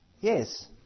Yes